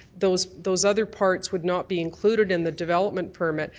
those those other parts would not be included in the development permit,